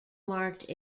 marked